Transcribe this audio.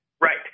Right